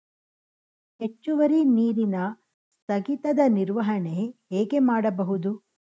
ಹೆಚ್ಚುವರಿ ನೀರಿನ ಸ್ಥಗಿತದ ನಿರ್ವಹಣೆ ಹೇಗೆ ಮಾಡಬಹುದು?